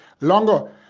longer